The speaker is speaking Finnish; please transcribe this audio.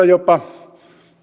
jopa ylikuumenemista